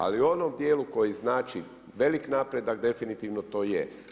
Ali u onom djelu koji znači velik napredak definitivno to je.